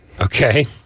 Okay